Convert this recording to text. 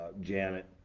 Janet